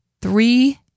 three